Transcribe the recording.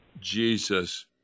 jesus